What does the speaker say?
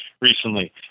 recently